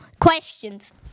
questions